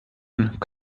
nicht